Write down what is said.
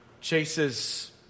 Chase's